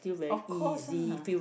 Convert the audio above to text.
of course lah